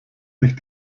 sich